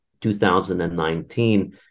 2019